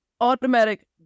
automatic